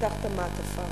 תפתח את המעטפה הראשונה.